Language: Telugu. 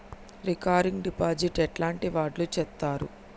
రికరింగ్ డిపాజిట్ ఎట్లాంటి వాళ్లు చేత్తరు?